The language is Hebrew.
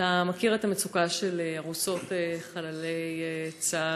אתה מכיר את המצוקה של ארוסות חללי צה"ל.